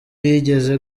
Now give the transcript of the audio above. yigeze